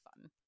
fun